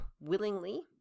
willingly